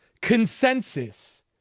consensus